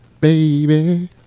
baby